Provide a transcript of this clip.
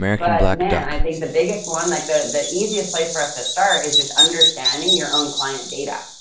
but man, i think the biggest one, like the the easiest place for us to start is just understanding your own client data.